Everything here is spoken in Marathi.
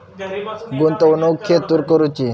गुंतवणुक खेतुर करूची?